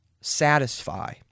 satisfy